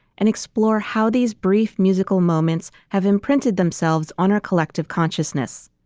and explore how these brief musical moments have imprinted themselves on our collective consciousness.